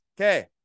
Okay